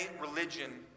religion